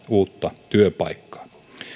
uutta työpaikkaa